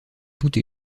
toutes